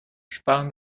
sparen